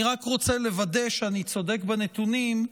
אני רק רוצה לוודא שאני צודק בנתונים,